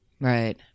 right